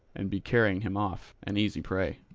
and be carrying him off, an easy prey.